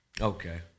Okay